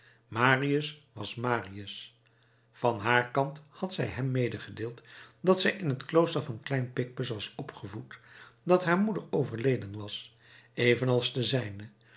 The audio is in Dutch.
marius was marius van haar kant had zij hem medegedeeld dat zij in het klooster van klein picpus was opgevoed dat haar moeder overleden was evenals de zijne